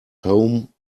home